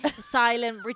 silent